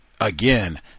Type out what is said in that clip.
again